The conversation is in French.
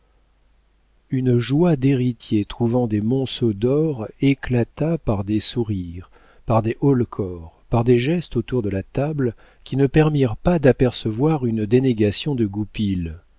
une joie d'héritiers trouvant des monceaux d'or éclata par des sourires par des haut-le-corps par des gestes autour de la table qui ne permirent pas d'apercevoir une dénégation de goupil